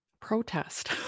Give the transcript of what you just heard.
protest